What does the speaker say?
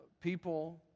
people